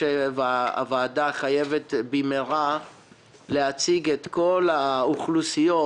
הוועדה חייבת במהרה להציג את כל האוכלוסיות